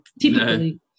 typically